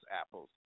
apples